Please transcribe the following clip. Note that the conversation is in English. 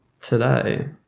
today